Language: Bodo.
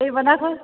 दैमानि नाखौ